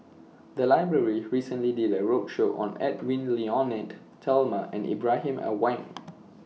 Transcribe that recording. The Library recently did A roadshow on Edwy Lyonet Talma and Ibrahim Awang